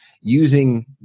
using